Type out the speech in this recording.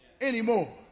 anymore